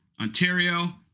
Ontario